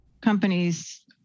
companies